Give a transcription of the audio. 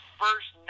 first